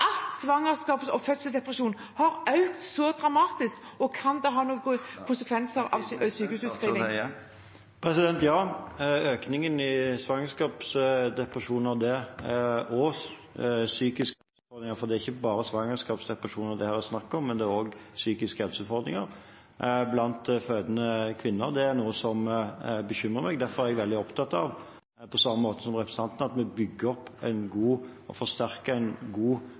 svangerskaps- og fødselsdepresjon har økt så dramatisk? Og kan det ha noen konsekvenser for sykehus … Tiden er ute. Ja, økningen i svangerskapsdepresjoner og psykiske utfordringer – det er ikke bare snakk om svangerskapsdepresjoner her, men også om psykiske helseutfordringer – hos fødende kvinner er noe som bekymrer meg. Derfor er jeg, på samme måte som representanten, veldig opptatt av at vi bygger opp og forsterker en god